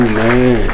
man